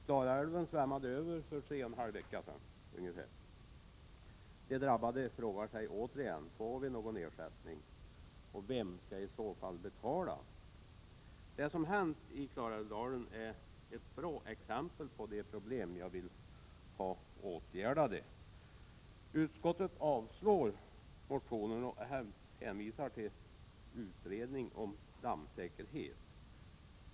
Klarälven svämmade över för ungefär tre och en halv vecka sedan. De drabbade frågar sig återigen: Får vi någon ersättning, och vem skall i så fall betala? Det som har hänt i Klarälvsdalen är ett bra exempel på de problem som jag vill ha åtgärdade. Utskottet avstyrker motionen och hänvisar till en utredning om dammsäkerhet.